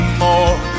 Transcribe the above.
more